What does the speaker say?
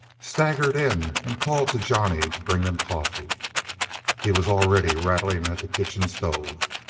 staggered in and called to johnny to bring them coffee he was already rattling at the kitchen stove.